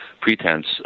pretense